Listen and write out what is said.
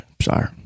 sorry